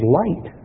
light